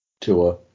Tua